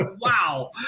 wow